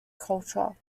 culture